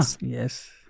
Yes